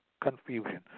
confusion